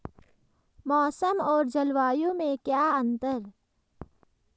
मौसम और जलवायु में क्या अंतर?